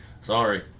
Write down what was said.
Sorry